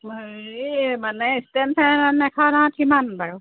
এই মানে stand fan এখনত কিমান বাৰু